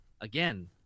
again